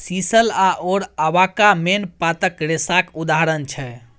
sisal आओर abaca मेन पातक रेशाक उदाहरण छै